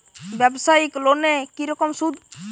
ব্যবসায়িক লোনে কি রকম সুদ?